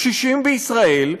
קשישים בישראל,